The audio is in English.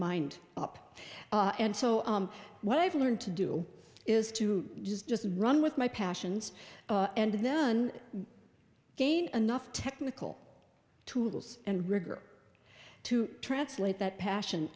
mind up and so what i've learned to do is to just just run with my passions and then gain enough technical tools and rigor to translate that passion